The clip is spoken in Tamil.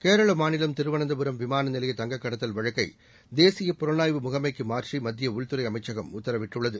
கேரளமாநிலம் திருவனந்தபுரம் விமானநிலைய தங்கக்கடத்தல் வழக்கைதேசிய புலனாய்வு முகமைக்குமாற்றிமத்தியஉள்துறைஅமைசசகம் உத்தரவிட்டுள்ளது